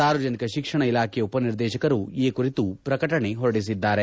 ಸಾರ್ವಜನಿಕ ಶಿಕ್ಷಣ ಇಲಾಖೆಯ ಉಪನಿರ್ದೇಶಕರು ಈ ಕುರಿತು ಪ್ರಕಟಣೆ ಹೊರಡಿಸಿದ್ದಾರೆ